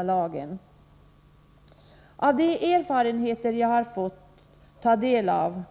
Efter de erfarenheter jag har fått ta del av